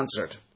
answered